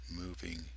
moving